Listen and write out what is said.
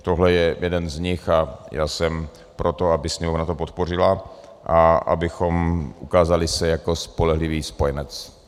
Tohle je jeden z nich a já jsem pro to, aby to Sněmovna podpořila a abychom se ukázali jako spolehlivý spojenec.